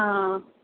ആ